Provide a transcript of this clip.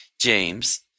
James